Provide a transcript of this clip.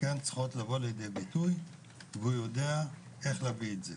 צריכים לבוא לידי ביטוי והוא יודע איך להביא את זה.